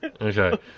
Okay